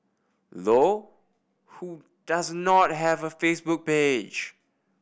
low who does not have a Facebook page